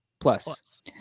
Plus